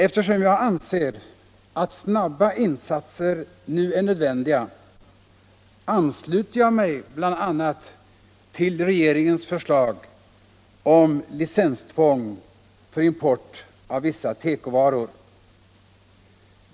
Eftersom jag anser att snabba insatser nu är nödvändiga ansluter jag mig bl.a. till regeringens förslag om licenstvång för import av vissa tekovaror.